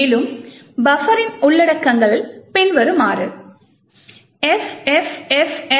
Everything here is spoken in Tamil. மேலும் பஃபரின் உள்ளடக்கங்கள் பின்வருமாறு FFFFCF08